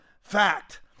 fact